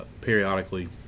periodically